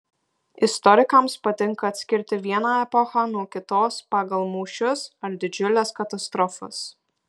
istorikams patinka atskirti vieną epochą nuo kitos pagal mūšius ar didžiules katastrofas